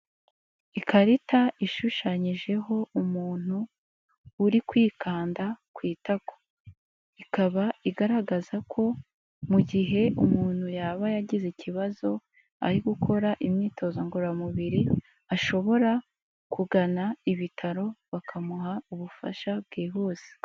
Ukarita ishushanyijeho umuntu uri kwikanda ku itako, ikaba igaragaza ko mu gihe umuntu yaba yagize ikibazo ari gukora imyitozo ngororamubiri ashobora kugana ibitaro, bakamuha ubufasha bwihuse.